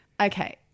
Okay